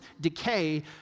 decay